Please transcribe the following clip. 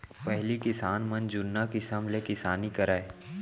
पहिली किसान मन जुन्ना किसम ले किसानी करय